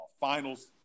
finals